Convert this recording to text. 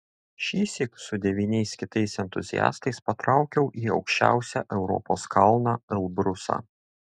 šįsyk su devyniais kitais entuziastais patraukiau į aukščiausią europos kalną elbrusą